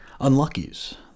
unluckies